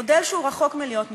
מודל שהוא רחוק מלהיות מושלם,